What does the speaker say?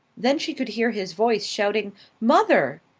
then she could hear his voice shouting mother!